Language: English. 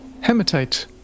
hematite